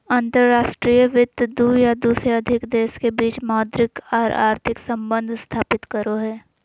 अंतर्राष्ट्रीय वित्त दू या दू से अधिक देश के बीच मौद्रिक आर आर्थिक सम्बंध स्थापित करो हय